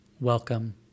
welcome